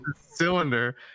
cylinder